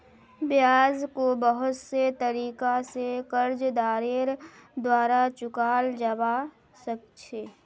ब्याजको बहुत से तरीका स कर्जदारेर द्वारा चुकाल जबा सक छ